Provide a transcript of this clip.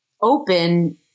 open